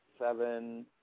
seven